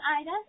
Ida